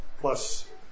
plus